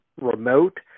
remote